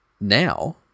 Now